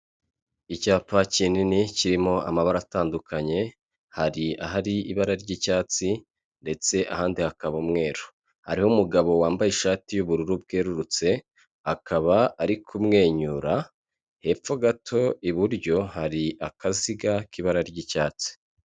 Icyapa kinini kirimo amabara atandukanye, hari ahari ibara ry'icyatsi ndetse ahandi hakaba umweru. Hariho umugabo wambaye ishati y'ubururu bwerurutse, akaba ari kumwenyura, hepfo gato iburyo hari akaziga k'ibara ry'icyatsi.